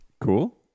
Cool